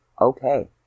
Okay